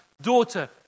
Daughter